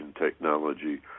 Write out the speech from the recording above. technology